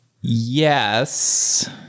Yes